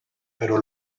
pero